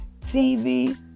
TV